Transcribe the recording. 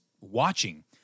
watching